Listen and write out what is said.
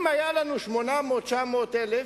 אם היו לנו 800,000 או 900,000,